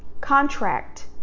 contract